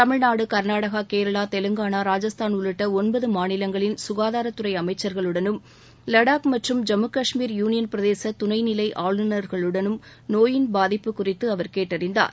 தமிழ்நாடு கா்நாடகா கேரளா தெலுங்கானா ராஜஸ்தான் உள்ளிட்ட ஒன்பது மாநிலங்களின் க்காதார்த்துறை அமைச்ச்களுடனும் யூளியன் பிரதேச லடாக் மற்றும் ஜம்மு காஷ்மீர் யூளியன் பிரதேச துணை நிலை ஆளுநர்களுடனும் நோயின் பாதிப்பு குறித்து அவர் கேட்டறிந்தார்